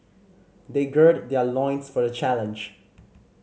they gird their loins for the challenge